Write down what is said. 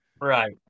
right